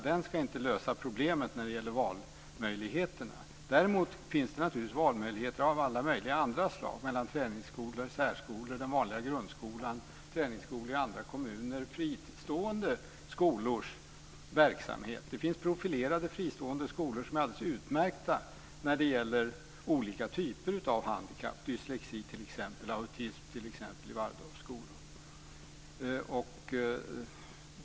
Den ska inte lösa problemet när det gäller valmöjligheterna. Däremot finns det naturligtvis valmöjligheter av andra slag, mellan träningsskolor, särskolor, den vanliga grundskolan, träningsskolor i andra kommuner och fristående skolors verksamhet. Det finns profilerade fristående skolor som är alldeles utmärkta när det gäller olika typer av handikapp, t.ex. dyslexi och autism, bl.a. Waldorfskolor.